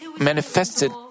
Manifested